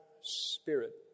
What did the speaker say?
spirit